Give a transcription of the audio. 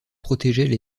protégeaient